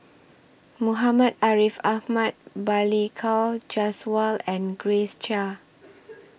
Muhammad Ariff Ahmad Balli Kaur Jaswal and Grace Chia